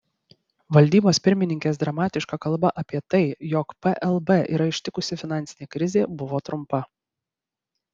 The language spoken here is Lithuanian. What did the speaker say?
valdybos pirmininkės dramatiška kalba apie tai jog plb yra ištikusi finansinė krizė buvo trumpa